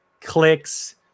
clicks